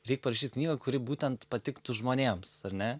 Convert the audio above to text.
reik parašyt knygą kuri būtent patiktų žmonėms ar ne